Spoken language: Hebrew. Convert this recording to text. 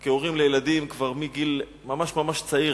כהורים לילדים כבר מגיל ממש ממש צעיר.